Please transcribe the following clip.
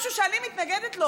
משהו שאני מתנגדת לו,